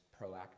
proactive